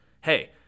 Hey